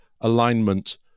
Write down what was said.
alignment